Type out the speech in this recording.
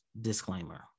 disclaimer